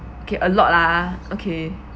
okay a lot ah okay